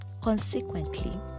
Consequently